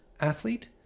athlete